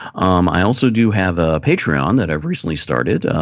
um i also do have a patron that i've recently started.